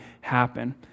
happen